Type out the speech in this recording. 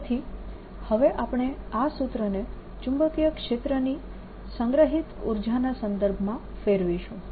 તેથી હવે આપણે આ સૂત્રને ચુંબકીય ક્ષેત્રની સંગ્રહિત ઉર્જાના સંદર્ભમાં ફેરવીશું